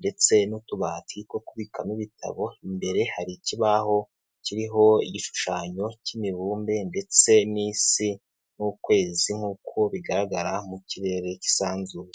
ndetse n'utubati two kubikamo ibitabo, imbere hari ikibaho kiriho igishushanyo cy'imibumbe ndetse n'isi n'ukwezi nk'uko bigaragara mu kirere cy'isanzure.